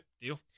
deal